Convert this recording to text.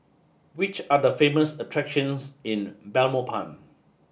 which are the famous attractions in Belmopan